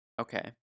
Okay